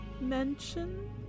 mention